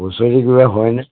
হুঁচৰি কিবা হয়নে